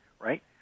right